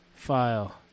File